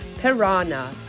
Piranha